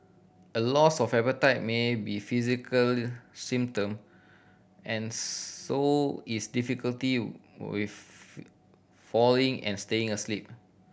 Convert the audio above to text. a loss of appetite may be physical symptom and so is difficulty with falling and staying asleep